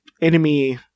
enemy